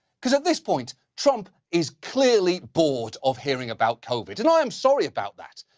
cause at this point, trump is clearly bored of hearing about covid. and i am sorry about that.